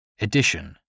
edition